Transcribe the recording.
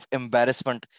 embarrassment